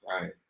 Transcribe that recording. right